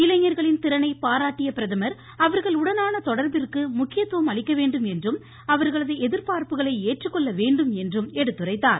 இளைஞர்களின் திறனை பாராட்டிய பிரதமர் அவர்களுடனான தொடர்பிற்கு முக்கியத்துவம் அளிக்க வேண்டும் என்றும் அவர்களது எதிர்பார்ப்புகளை ஏற்றுக்கொள்ள வேண்டும் என்றும் எடுத்துரைத்தார்